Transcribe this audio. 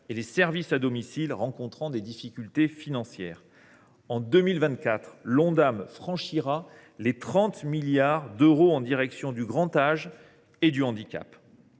et les services à domicile rencontrant des difficultés financières. En 2024, l’Ondam franchira le seuil des 30 milliards d’euros, au bénéfice du grand âge et du handicap.